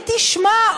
מי תשמע,